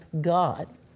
God